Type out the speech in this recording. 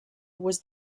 was